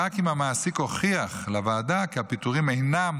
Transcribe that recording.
ורק אם המעסיק הוכיח לוועדה כי הפיטורים אינם